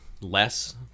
less